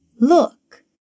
Look